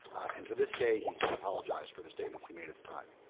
and to this day he has not apologized for the statements he made at the time.